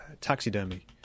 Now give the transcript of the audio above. taxidermy